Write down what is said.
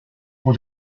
pour